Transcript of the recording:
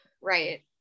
right